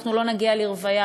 אנחנו לא נגיע לרוויה,